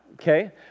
okay